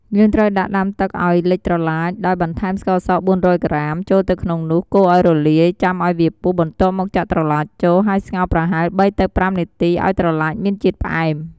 យើងត្រូវដាក់ដាំទឹកឱ្យលិចត្រឡាច ដោយបន្ថែមស្ករស ៤០០ ក្រាម ចូលទៅក្នុងនោះ កូរឱ្យរលាយ ចាំឱ្យវាពុះ បន្ទាប់មកចាក់ត្រឡាចចូល ហើយស្ងោរប្រហែល ៣ ទៅ ៥ នាទីឱ្យត្រឡាចមានជាតិផ្អែម។